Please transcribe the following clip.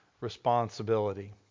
responsibility